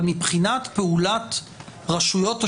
אבל מבחינת פעולת רשויות השיקום,